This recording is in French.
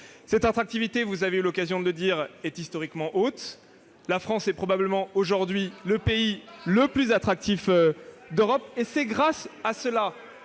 Cette attractivité, vous avez eu l'occasion de le dire, est historiquement haute. La France est probablement aujourd'hui le pays le plus attractif d'Europe, et c'est grâce à cela,